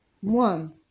One